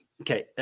Okay